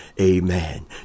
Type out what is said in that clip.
Amen